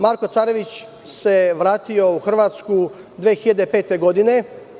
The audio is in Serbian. Marko Carević se vratio u Hrvatsku 2005. godine.